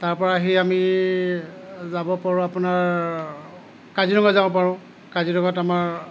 তাৰপৰা আহি আমি যাব পাৰোঁ আপোনাৰ কাজিৰঙা যাব পাৰোঁ কাজিৰঙাত আমাৰ